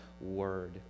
word